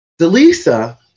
Delisa